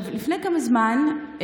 לפני כמה זמן,